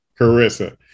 Carissa